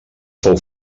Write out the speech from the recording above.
fou